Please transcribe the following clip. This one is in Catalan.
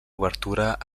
obertura